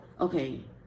okay